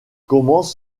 commence